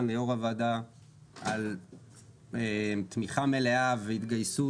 ליו"ר הוועדה על תמיכה מלאה והתגייסות.